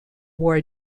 wore